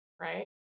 right